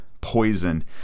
Poison